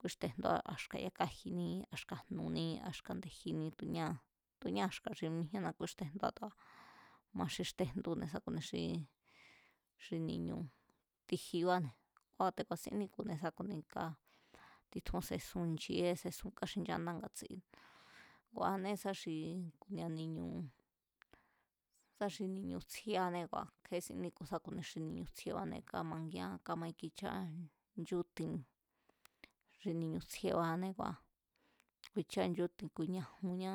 kúíxtejndúa a xka̱ yakaji̱ní a xka̱ jnu̱ní a xka̱ nde̱jiní tu̱ ñáa̱ tu̱ ñáa̱ xka̱ xi mijíená kúíxtejndúá, ma xixtejndúne̱ sá ku̱ni xi, xi ni̱ñu̱ ti̱jibane̱, kua̱ te̱ ku̱a̱sín níku̱ne̱ sá ku̱ni ká, titjún sesún nche̱é kasesún káxinchándá ngatsi ku̱a̱anée̱ sá xi ni̱a ni̱ñu̱, sá xi ni̱ñu tsjíéanée̱ kua̱ kje̱é sín níku̱ sa ku̱ni xi ni̱ñu̱ tsjienbáne̱ kámangían kámaíkicháa nchúti̱n, xi ni̱ñu̱ tsjiebáané kua̱ ku̱i̱cháa nchúti̱n ku̱i̱ñajuñá